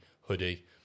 hoodie